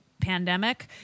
pandemic